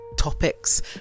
topics